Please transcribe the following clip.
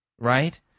Right